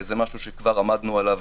זה משהו שכבר עמדנו עליו